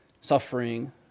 suffering